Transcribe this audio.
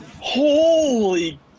Holy